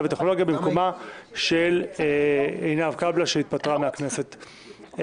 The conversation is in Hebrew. והטכנולוגיה במקומה של עינב קאבלה שהתפטרה מהכנסת,